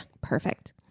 Perfect